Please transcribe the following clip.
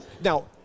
now